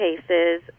cases